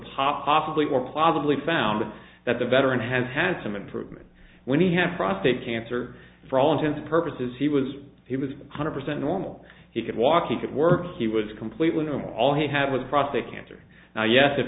possibly or probably found that the veteran has had some improvement when he had prostate cancer for all intents and purposes he was he was one hundred percent normal he could walk he could work he was completely normal all he had with prostate cancer now yes i